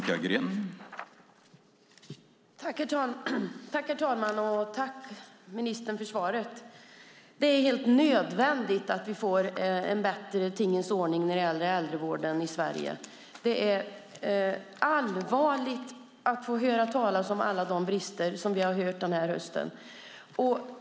Herr talman! Jag tackar ministern för svaret. Det är helt nödvändigt att vi får en bättre tingens ordning när det gäller äldrevården i Sverige. Det är allvarligt med alla de brister som vi har hört om den här hösten.